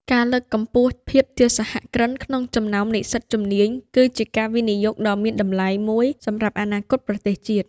ការលើកកម្ពស់ភាពជាសហគ្រិនក្នុងចំណោមនិស្សិតជំនាញ គឺជាការវិនិយោគដ៏មានតម្លៃមួយសម្រាប់អនាគតប្រទេសជាតិ។